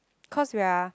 cause we are